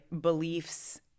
beliefs